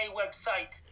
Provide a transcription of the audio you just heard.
website